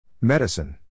medicine